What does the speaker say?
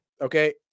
Okay